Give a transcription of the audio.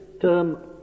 term